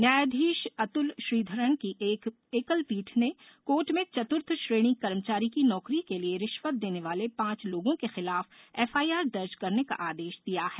न्यायाधीश अतुल श्रीधरन की एकलपीठ ने कोर्ट में चतुर्थ श्रेणी कर्मचारी की नौकरी के लिए रिश्वत देने वाले पाँच लोगों के खिलाफ एफआईआर दर्ज करने का आदेश दिया है